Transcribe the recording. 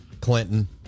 Clinton